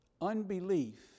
Unbelief